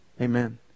Amen